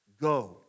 Go